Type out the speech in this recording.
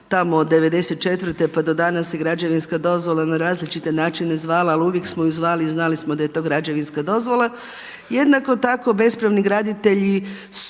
tamo od 94. pa do danas se građevinska dozvola na različite načine zvala ali uvijek smo ju zvali i znali smo da je to građevinska dozvola. Jednako tako bespravni graditelji su